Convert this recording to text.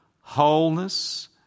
wholeness